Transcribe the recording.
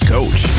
Coach